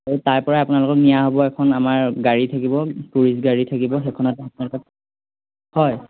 আৰু তাৰ পৰাই আপোনালোকক নিয়া হ'ব এখন আমাৰ গাড়ী থাকিব টুৰিষ্ট গাড়ী থাকিব সেইখনতে আপোনালোকক হয়